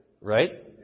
Right